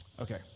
Okay